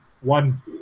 one